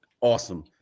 Awesome